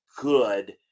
good